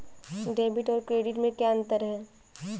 Debit और credit में क्या अंतर है?